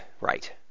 right